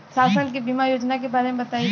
शासन के बीमा योजना के बारे में बताईं?